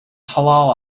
halal